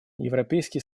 европейский